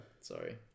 Sorry